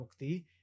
mukti